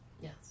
Yes